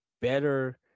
better